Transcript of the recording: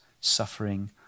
suffering